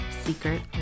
secret